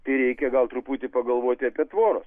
tai reikia gal truputį pagalvoti apie tvoras